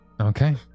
Okay